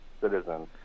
citizen